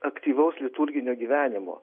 aktyvaus liturginio gyvenimo